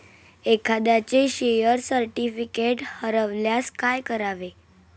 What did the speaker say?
एखाद्याचे share certificate हरवल्यास काय करावे?